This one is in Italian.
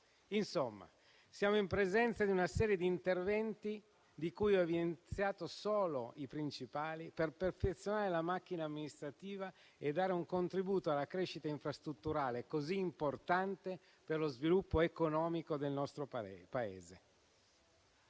Insomma, siamo in presenza di una serie di interventi, di cui ho evidenziato solo i principali, per perfezionare la macchina amministrativa e dare un contributo alla crescita infrastrutturale così importante per lo sviluppo economico del nostro Paese.